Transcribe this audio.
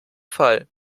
fall